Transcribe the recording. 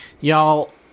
y'all